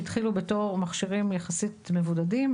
שהתחילו בתור מכשירים יחסית מבודדים,